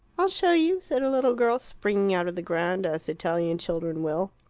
i'll show you, said a little girl, springing out of the ground as italian children will.